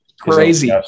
Crazy